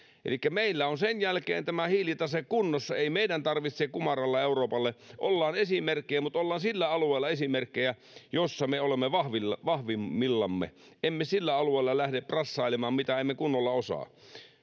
elikkä meillä on sen jälkeen tämä hiilitase kunnossa ei meidän tarvitse kumarrella euroopalle ollaan esimerkkejä mutta ollaan sillä alueella esimerkkejä jossa me olemme vahvimmillamme vahvimmillamme emme sillä alueella lähde brassailemaan mitä emme kunnolla osaa